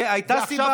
ועכשיו,